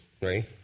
right